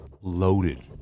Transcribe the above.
loaded